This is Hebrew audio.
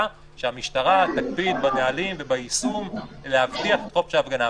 שהמשטרה תקפיד בנהלים וביישום להבטיח את חופש ההפגנה.